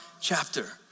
chapter